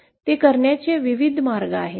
ते करण्याचे विविध मार्ग आहेत